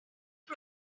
are